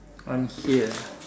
I'm here